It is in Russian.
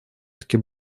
таки